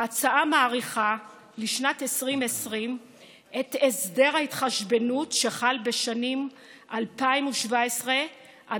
ההצעה מאריכה לשנת 2020 את הסדר ההתחשבנות שחל בשנים 2017 2019